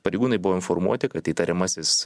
pareigūnai buvo informuoti kad įtariamasis